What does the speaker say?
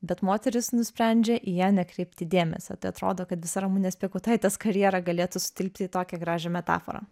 bet moteris nusprendžia į ją nekreipti dėmesio tai atrodo kad visa ramunės piekautaitės karjera galėtų sutilpti į tokią gražią metaforą